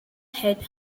head